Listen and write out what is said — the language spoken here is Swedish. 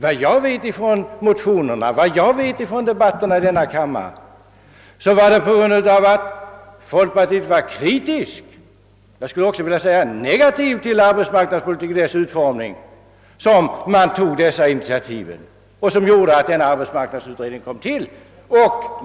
Vad jag vet från motioner, vad jag vet från debatten i denna kammare, så var det på grund av att folkpartiet var kritiskt — jag skulle också vilja säga negativt — till arbetsmarknadspolitiken i dess utformning som man tog detta initiativ som gjorde att denna <arbetsmarknadsutredning kom till.